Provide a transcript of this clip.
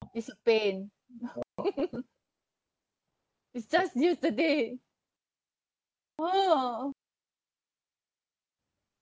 it's pain it's just yesterday a'ah